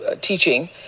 teaching